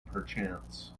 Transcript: perchance